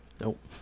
Nope